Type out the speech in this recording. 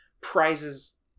prizes